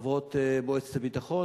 חברות מועצת הביטחון,